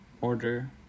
order